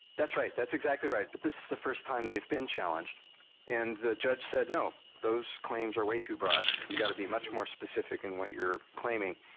that's right, that's exactly right but this is the first time they've been challenged and the judge said no, those claims are way too broad, you've got to be much more specific in what you're claiming.